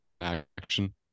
action